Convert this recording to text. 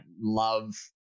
love